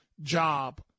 Job